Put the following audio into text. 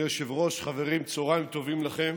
אדוני היושב-ראש, חברים, צוהריים טובים לכם,